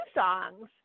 songs